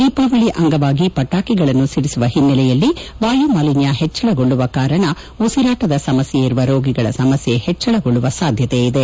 ದೀಪಾವಳಿಯ ಅಂಗವಾಗಿ ಪಟಾಕಿಗಳನ್ನು ಸಿದಿಸುವ ಹಿನ್ನೆಲೆಯಲ್ಲಿ ವಾಯು ಮಾಲಿನ್ಯ ಹೆಚ್ಚಳಗೊಳ್ಳುವ ಕಾರಣ ಉಸಿರಾಟದ ಸಮಸ್ಯೆ ಇರುವ ರೋಗಿಗಳ ಸಮಸ್ಯೆ ಹೆಚ್ಚಳಗೊಳ್ಳುವ ಸಾದ್ಯತೆ ಇದೆ